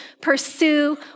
pursue